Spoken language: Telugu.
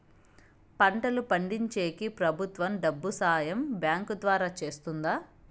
పంటలు పండించేకి ప్రభుత్వం డబ్బు సహాయం బ్యాంకు ద్వారా చేస్తుందా?